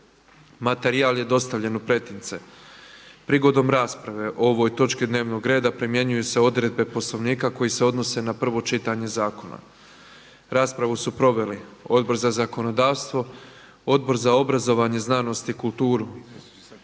Materijal je dostavljen u pretince. Prigodom rasprave o ovoj točki dnevnog reda primjenjuju se odredbe Poslovnika koji se odnose na prvo čitanje zakona. Raspravu su proveli Odbor za zakonodavstvo, Odbor za obrazovanje, znanost i kulturu.